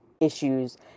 issues